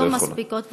לא מספיקות,